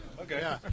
Okay